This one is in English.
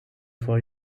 for